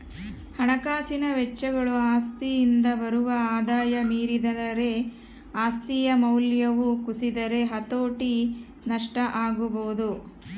ಹಣಕಾಸಿನ ವೆಚ್ಚಗಳು ಆಸ್ತಿಯಿಂದ ಬರುವ ಆದಾಯ ಮೀರಿದರೆ ಆಸ್ತಿಯ ಮೌಲ್ಯವು ಕುಸಿದರೆ ಹತೋಟಿ ನಷ್ಟ ಆಗಬೊದು